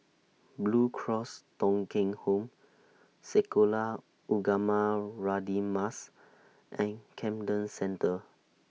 Blue Cross Thong Kheng Home Sekolah Ugama Radin Mas and Camden Centre